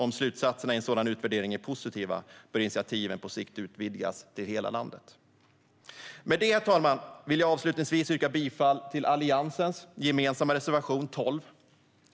Om slutsatserna i en sådan utvärdering är positiva bör initiativen på sikt utvidgas till hela landet. Herr talman! Jag vill avslutningsvis yrka bifall till Alliansens gemensamma reservation 12.